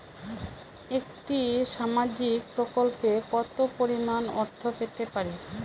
একটি সামাজিক প্রকল্পে কতো পরিমাণ অর্থ পেতে পারি?